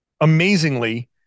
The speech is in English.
amazingly